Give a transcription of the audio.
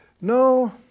no